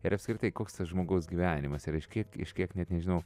ir apskritai koks tas žmogaus gyvenimas yra iš kiek iš kiek net nežinau